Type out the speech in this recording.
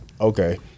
Okay